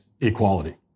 equality